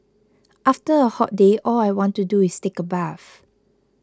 after a hot day all I want to do is take a bath